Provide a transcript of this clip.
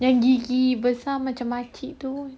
yang gigi besar macam makcik tu